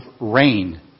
rain